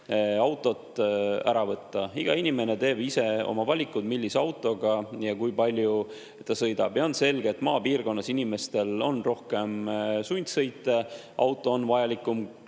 autot ära võtta. Iga inimene teeb ise oma valikud, millise autoga kui palju ta sõidab. On selge, et maapiirkonnas on inimestel rohkem sundsõite ja seal on auto vajalikum